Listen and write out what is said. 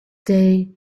day